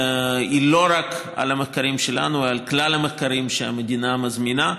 היא לא רק על המחקרים שלנו אלא על כלל המחקרים שהמדינה מזמינה,